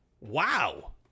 Wow